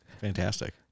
fantastic